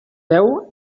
veu